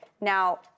Now